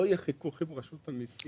לא יהיה חיכוך עם רשות המיסים.